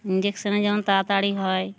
ইঞ্জেকশানে যেমন তাড়াতাড়ি হয়